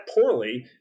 poorly